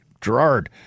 Gerard